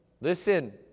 listen